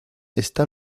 está